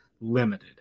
limited